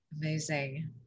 Amazing